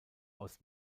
aus